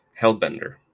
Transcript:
Hellbender